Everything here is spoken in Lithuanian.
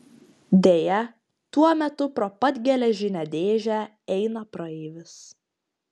deja tuo metu pro pat geležinę dėžę eina praeivis